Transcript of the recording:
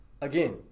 again